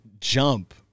jump